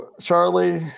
Charlie